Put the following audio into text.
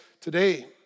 today